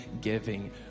giving